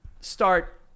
start